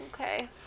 Okay